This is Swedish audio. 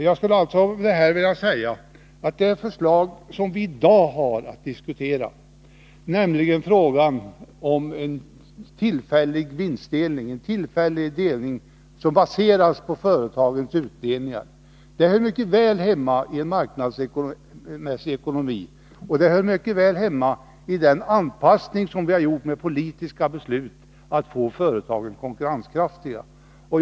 Jag skulle vilja säga att det förslag som vi i dag har att diskutera, nämligen om en tillfällig vinstskatt som baseras på företagens utdelningar, mycket väl hör hemma i en marknadsmässig ekonomi och även i den anpassning som vi med politiska beslut har genomfört för att få företagen konkurrenskraftiga.